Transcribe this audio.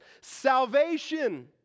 Salvation